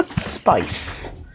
Spice